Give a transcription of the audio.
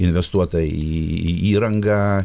investuota į įrangą